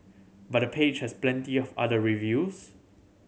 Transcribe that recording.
but the page has plenty of other reviews